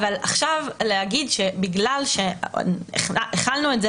אבל עכשיו להגיד שבגלל שהחלנו את זה